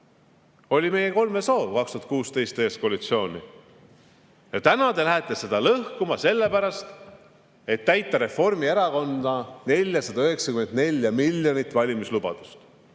oli meie kolme soov 2016, tehes koalitsiooni. Ja täna te lähete seda lõhkuma sellepärast, et täita Reformierakonna 494‑miljonilist valimislubadust.